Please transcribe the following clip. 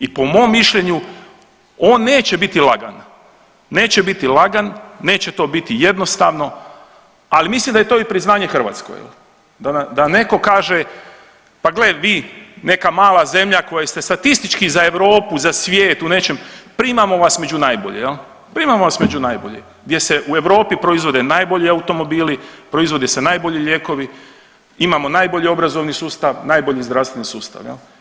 I po mom mišljenju on neće biti lagan, neće biti lagan, neće to biti jednostavno, ali mislim da je to priznanje i Hrvatskoj, da neko kaže pa gle vi neka mala zemlja koja ste statistički za Europu, za svijet u nečem primamo vas među najbolje, primamo vas među najbolje gdje se u Europi proizvode najbolji automobili, proizvode se najbolji lijekovi, imamo najbolji obrazovni sustav, najbolji zdravstveni sustav.